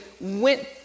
went